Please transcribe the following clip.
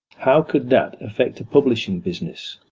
how could that affect a publishing business?